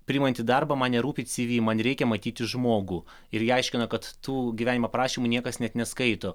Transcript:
priimant į darbą man nerūpi cv man reikia matyti žmogų ir ji aiškina kad tų gyvenimo aprašymų niekas net neskaito